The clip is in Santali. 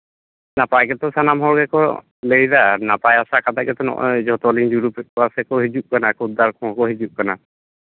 ᱱᱟᱯᱟᱭ ᱜᱮᱛᱚ ᱥᱟᱱᱟᱢ ᱦᱚᱲ ᱠᱚ ᱞᱟᱹᱭᱫᱟ ᱱᱟᱯᱟᱭ ᱟᱥᱟ ᱠᱟᱛᱮᱫ ᱜᱮᱛᱚ ᱱᱚᱜᱼᱚᱭ ᱡᱚᱛᱚᱞᱤᱧ ᱡᱩᱞᱩᱯᱮᱫ ᱠᱚᱣᱟ ᱥᱮᱠᱚ ᱦᱤᱡᱩᱜ ᱠᱟᱱᱟ ᱠᱷᱩᱫᱽᱫᱟᱨ ᱠᱚᱦᱚᱸ ᱠᱚ ᱦᱤᱡᱩᱜ ᱠᱟᱱᱟ